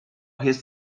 his